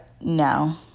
no